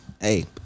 hey